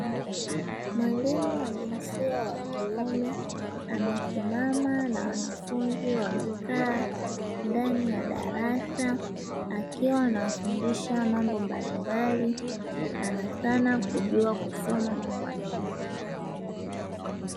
Mwalimu wa jinsia ya kiume amesimama na wanafunzi wamekaa ndani ya darasa akiwa anawafundisha mambo mbalimbali sanasana kujua kusoma na kuandika.